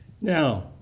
Now